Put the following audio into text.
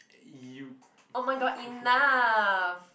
you